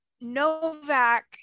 novak